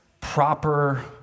proper